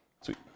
Sweet